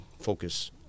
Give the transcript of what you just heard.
focus